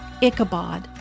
Ichabod